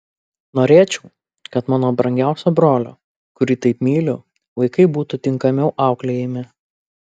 norėčiau kad mano brangiausio brolio kurį taip myliu vaikai būtų tinkamiau auklėjami